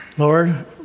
Lord